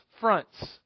fronts